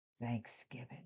Thanksgiving